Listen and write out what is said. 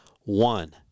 one